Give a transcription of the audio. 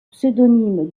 pseudonyme